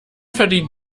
verdient